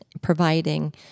providing